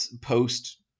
post